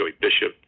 Bishop